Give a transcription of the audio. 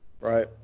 Right